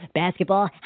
basketball